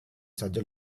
saja